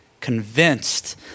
convinced